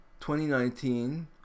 2019